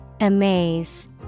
amaze